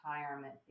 retirement